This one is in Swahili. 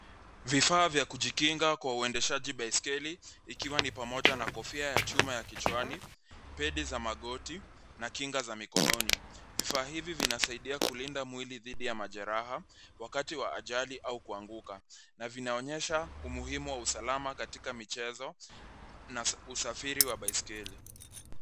Vifaa vya kujikinga kwa uendeshaji baiskeli, ikiwa ni pamoja na kofia ya chuma ya kichwani, pedi za magoti na kinga za mikononi. Vifaa hivi vinasaidia kulinda mwili dhidi ya majerahaha, wakati wa ajali au kuanguka na vinaonyesha umuhimu wa usalama katika michezo na usafiri wa baiskeli.